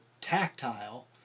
tactile